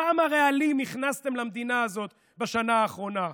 כמה רעלים הכנסתם למדינה הזאת בשנה האחרונה?